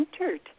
entered